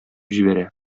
җибәрә